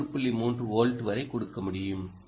3 volt வரை கொடுக்க முடியும்